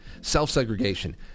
Self-segregation